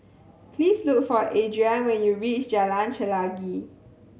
please look for Adrianne when you reach Jalan Chelagi